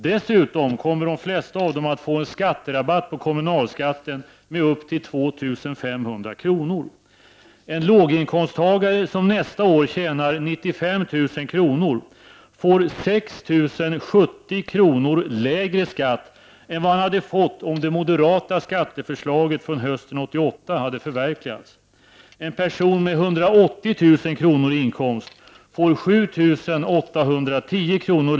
Dessutom kommer de flesta av dem att få en skatterabatt på kommunalskatten med upp till 2 500 kr. En låginkomsttagare som nästa år tjänar 95 000 kr. får 6 070 kr. lägre skatt än han hade fått om det moderata skatteförslaget från hösten 1988 hade förverkligats. En person med 180 000 kr. i inkomst får 7 810 kr.